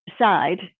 side